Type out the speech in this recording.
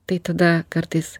tai tada kartais